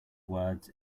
words